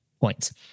points